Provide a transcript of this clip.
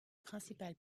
principales